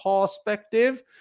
perspective